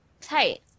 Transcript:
Tight